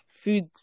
food